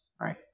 right